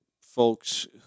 folks